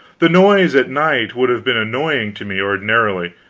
the noise at night would have been annoying to me ordinarily,